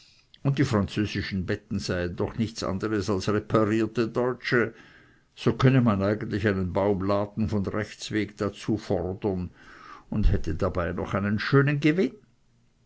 und die französischen bettstatten seien doch nichts anderes als reparierte deutsche so könne man eigentlich einen baum laden von rechtswegen dazu fordern und hätte dabei noch einen schönen gewinn